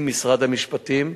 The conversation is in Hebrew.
עם משרד המשפטים,